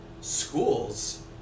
schools